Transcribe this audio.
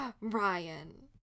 Ryan